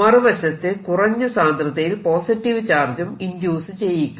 മറുവശത്ത് കുറഞ്ഞ സാന്ദ്രതയിൽ പോസിറ്റീവ് ചാർജും ഇൻഡ്യൂസ് ചെയ്യിക്കുന്നു